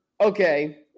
Okay